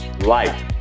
Life